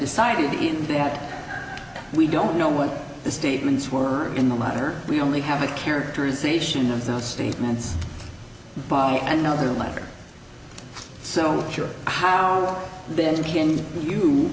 decided in that we don't know what the statements were in the latter we only have a characterization of those statements and now they're lighter so sure how then can you